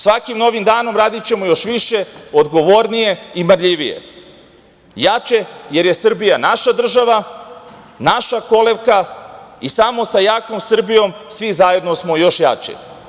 Svakim novim danom radićemo još više, odgovornije i marljivije, jače jer je Srbija naša država, naša kolevka i samo sa jakom Srbijom svi zajedno smo još jači.